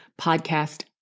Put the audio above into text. podcast